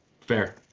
Fair